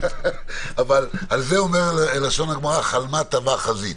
אבל על זה אומר לשון הגמרא: "חלמא טבא חזית".